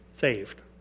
saved